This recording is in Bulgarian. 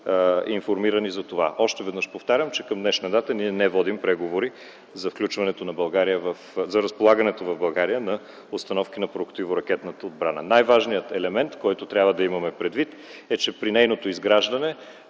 информирани за това. Още веднъж повтарям, че към днешна дата ние не водим преговори за разполагането в България на установки на противоракетната отбрана. Най-важният елемент, който трябва да имаме предвид е, че при нейното изграждане